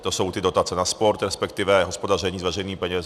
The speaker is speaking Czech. To jsou ty dotace na sport, resp. hospodaření s veřejnými penězi.